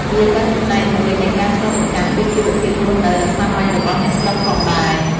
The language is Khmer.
វាក៏ជាផ្នែកមួយនៃការឆ្លុះបញ្ចាំងពីជីវភាពរស់នៅដ៏សាមញ្ញរបស់អ្នកស្រុកផងដែរ។